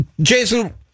Jason